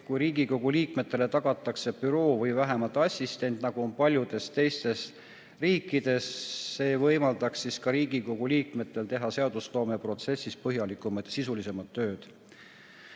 kui Riigikogu liikmetele tagatakse büroo või vähemalt assistent, nagu on paljudes teistes riikides. See võimaldaks Riigikogu liikmetel teha seadusloome protsessis põhjalikumat ja sisulisemat tööd.